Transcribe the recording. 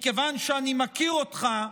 מכיוון שאני מכיר אותך,